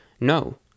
No